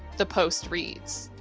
the post reads.